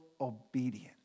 obedience